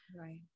Right